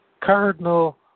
Cardinal